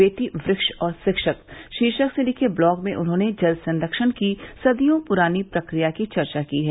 बेटी वृक्ष और रिक्षक शीर्षक से लिखे ब्लॉग में उन्होंने जल संरक्षण की सदियों प्रानी प्रक्रिया की चर्चा की है